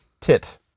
tit